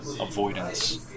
avoidance